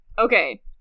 okay